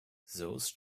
those